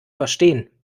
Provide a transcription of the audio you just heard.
verstehen